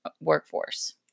workforce